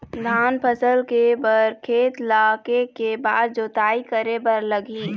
धान फसल के बर खेत ला के के बार जोताई करे बर लगही?